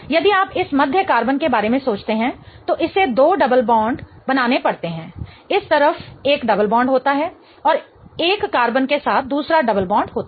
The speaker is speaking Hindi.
यदि आप इस मध्य कार्बन के बारे में सोचते हैं तो इसे दो डबल बॉन्ड बनाने पड़ते हैं इस तरफ एक डबल बॉन्ड होता है और एक कार्बन के साथ दूसरा डबल बॉन्ड होता है